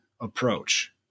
approach